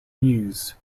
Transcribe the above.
meuse